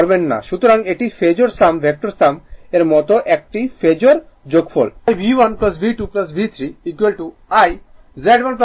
সুতরাং এটি phasor sum vector sum এর মতো একটি ফেজোর যোগফল তাই V1 V2 V3 I